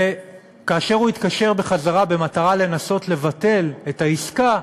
וכאשר הוא התקשר בחזרה במטרה לנסות לבטל את העסקה,